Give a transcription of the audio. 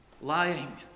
lying